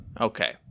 Okay